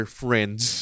friends